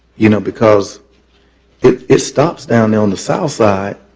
you know because it it stops down there on the south side,